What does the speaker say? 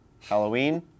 Halloween